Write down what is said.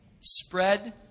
spread